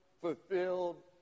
fulfilled